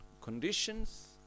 conditions